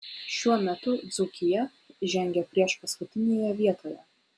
šiuo metu dzūkija žengia priešpaskutinėje vietoje